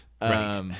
Right